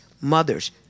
mothers